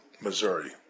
Missouri